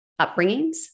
upbringings